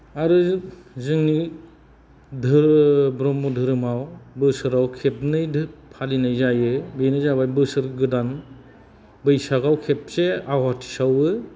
आरो जोंनि धोरोम ब्रह्म धोरोमाव बोसोराव खेबनै फालिनाय जायो बेनो जाबाय बोसोर गोदान बैसागाव खेबसे आवाथि सावो